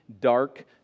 dark